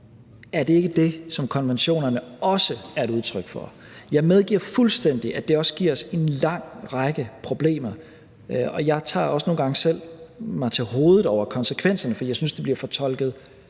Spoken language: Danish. er det ikke det, som konventionerne også er et udtryk for? Jeg medgiver fuldstændig, at det også giver os en lang række problemer, og jeg tager også nogle gange mig selv til hovedet over konsekvenserne, for jeg synes, det bliver fortolket